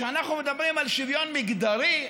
כשאנחנו מדברים על שוויון מגדרי,